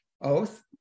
oath